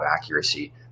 accuracy